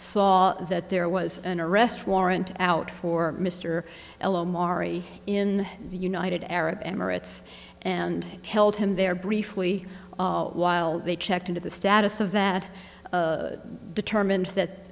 saw that there was an arrest warrant out for mr el omari in the united arab emirates and held him there briefly while they checked into the status of that determined that